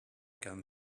can